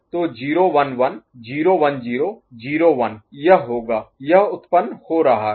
तो 0 1 1 0 1 0 0 1 यह होगा यह उत्पन्न हो रहा है